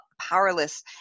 powerless